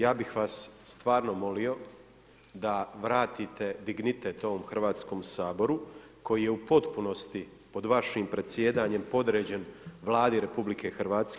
Ja bih vas stvarno molio da vratite dignitet ovom Hrvatskom saboru, koji je u potpunosti vašim predsjedanjem podređen Vladi RH.